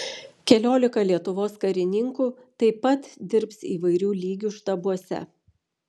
keliolika lietuvos karininkų taip pat dirbs įvairių lygių štabuose